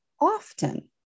often